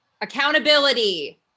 Accountability